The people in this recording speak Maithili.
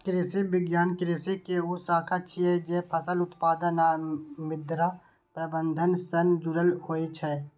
कृषि विज्ञान कृषि के ऊ शाखा छियै, जे फसल उत्पादन आ मृदा प्रबंधन सं जुड़ल होइ छै